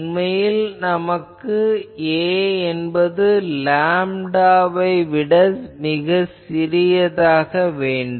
உண்மையில் நமக்கு 'a' என்பது லேம்டாவை விட மிகச் சிறியதாக வேண்டும்